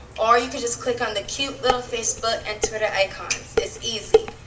or you can just click on the cute little facebook and twitter icons. it's easy.